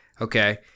Okay